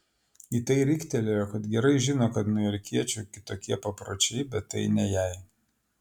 į tai riktelėjo kad gerai žino kad niujorkiečių kitokie papročiai bet tai ne jai